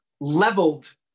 leveled